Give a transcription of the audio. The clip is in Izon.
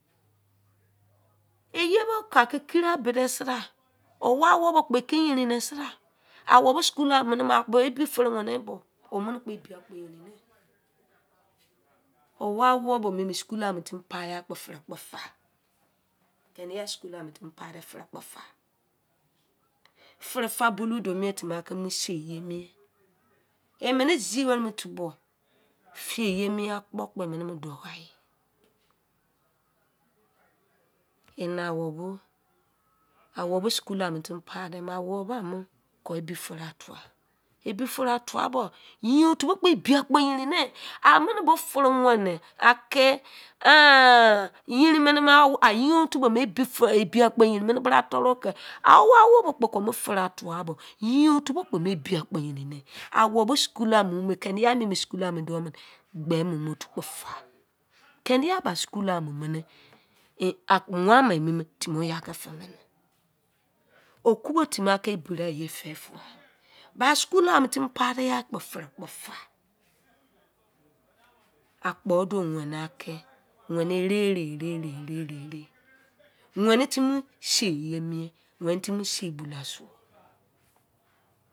Iye bo pa ke kiria bode seri owa wobo kpo eke yerin ne seri awobo schoola mu mene o bo ebi akpo yerin ne owa wobo ne schoola pai yan bo fere kpo fa, kene gan schoola mutimi pai de fere kpo fa fere fa bulou do mien timi komo sei nimi. Emene zi were mi tubo sei ye mien akpo kpo emene mo do aie. Ene awobo owobo schoola mutimi pai de me ku ebi fere a tuwa, ebifere atuwa bo yein otu kpo ebi yerin ne a mene bo fere wene ake ehn yerin mene a yein otu bo ebi akpo yerin mene bra toro ke awobo ke fere a tuwa bo yein otu kpo ebi akpo yerin ne awobo schoola mu me keniyan nimi schoola ge ma note kpo fa keni yan ba schoola mu mene, wan ma emi timi oyah kefe mene, okubo timi ake bra yefe fu ai, ba schoola mu timi pai de yan kpo fere kpo fa. Akpo do wene ake wene a rerererere wene timi sei ye wene timi sei de suwo